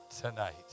tonight